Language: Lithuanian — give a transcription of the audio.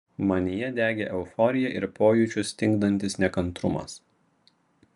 manyje degė euforija ir pojūčius stingdantis nekantrumas